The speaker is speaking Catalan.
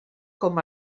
com